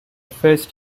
first